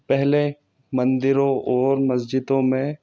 पहले मंदिरों और मस्जिदों में